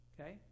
okay